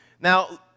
Now